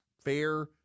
fair